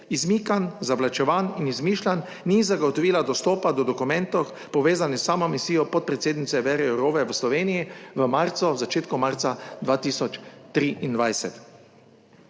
izmikanj, zavlačevanj in izmišljanj ni zagotovila dostopa do dokumentov, povezanih s samo misijo podpredsednice Věre Jourove v Sloveniji v marcu, v začetku marca 2023.